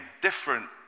Different